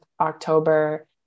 October